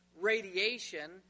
radiation